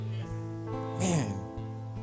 Man